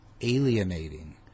alienating